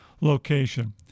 location